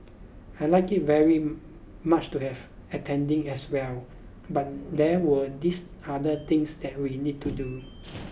I'd like it very much to have attended as well but there were these other things that we need to do